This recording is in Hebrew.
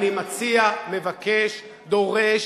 אני מציע, מבקש, דורש: